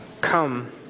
come